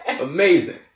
amazing